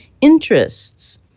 interests